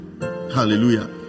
Hallelujah